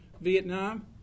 Vietnam